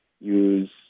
use